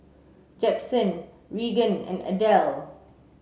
Jackson Regan and Adele